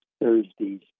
Thursday's